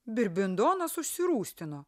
birbindonas užsirūstino